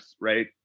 right